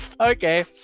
Okay